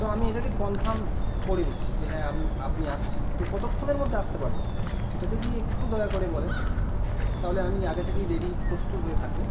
তো আমি এটাকে কনফার্ম করে নিচ্ছি যে হ্যাঁ আমি আপনি আসছেন তো কতক্ষণের মধ্যে আসতে পারবেন সেটা যদি একটু দয়া করে বলেন তাহলে আমি আগে থেকেই রেডি প্রস্তুত হয়ে থাকবো